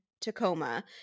Tacoma